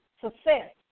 success